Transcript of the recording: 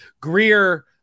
greer